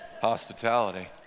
hospitality